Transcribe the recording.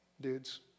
Dudes